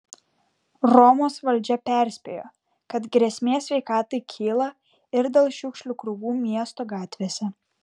romos valdžia perspėjo kad grėsmė sveikatai kyla ir dėl šiukšlių krūvų miesto gatvėse